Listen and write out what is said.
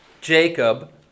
jacob